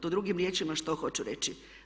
To drugim riječima što hoću reći.